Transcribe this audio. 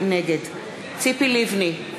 נגד ציפי לבני,